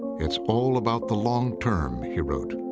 it's all about the long term, he wrote,